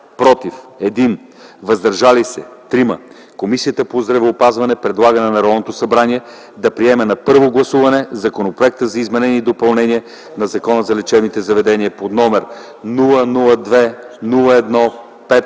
„против” - 1, „въздържали се” - 3 Комисията по здравеопазването предлага на Народното събрание да приеме на първо гласуване Законопроект за изменение и допълнение на Закона за лечебните заведения, № 002-01-5,